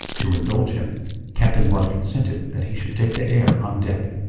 to indulge him captain blood consented that he should take the air on deck,